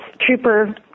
Trooper